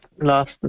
Last